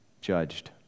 judged